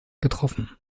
getroffen